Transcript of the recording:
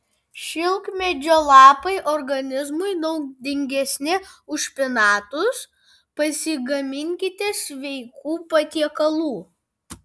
šilkmedžio lapai organizmui naudingesni už špinatus pasigaminkite sveikų patiekalų